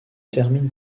termine